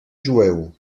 jueu